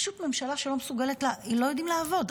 פשוט ממשלה שלא מסוגלת, הם לא יודעים לעבוד.